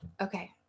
Okay